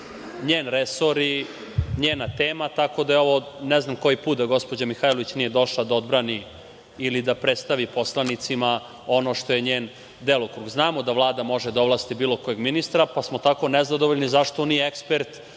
njen resor i njena tema, tako da je ovo ne znam koji put da gospođa Mihajlović nije došla da odbrani ili da predstavi poslanicima ono što je njen delokrug. Znamo da Vlada može da ovlasti bilo kojeg ministra, pa smo tako nezadovoljni zašto nije ekspert